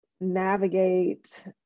navigate